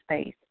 space